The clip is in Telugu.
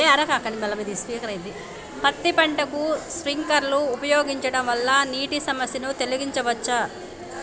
పత్తి పంటకు స్ప్రింక్లర్లు ఉపయోగించడం వల్ల నీటి సమస్యను తొలగించవచ్చా?